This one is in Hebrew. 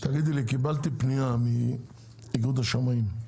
קיבלתי פנייה מאיגוד השמאים,